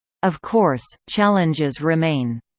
of course, challenges remain.